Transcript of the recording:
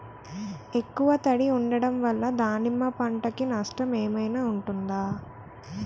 ఎక్కువ తడి ఉండడం వల్ల దానిమ్మ పంట కి నష్టం ఏమైనా ఉంటుందా?